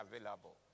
available